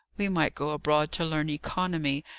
we might go abroad to learn economy,